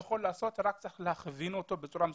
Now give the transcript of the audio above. הוא יכול לעשות אלא שצריך להכווין אתו בצורה מסודרת.